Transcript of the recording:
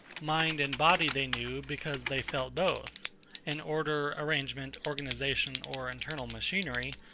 mind and body they knew, because they felt both an order, arrangement, organisation, or internal machinery,